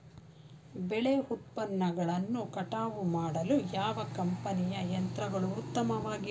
ಬೆಳೆ ಉತ್ಪನ್ನಗಳನ್ನು ಕಟಾವು ಮಾಡಲು ಯಾವ ಕಂಪನಿಯ ಯಂತ್ರಗಳು ಉತ್ತಮವಾಗಿವೆ?